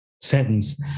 sentence